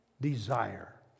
desire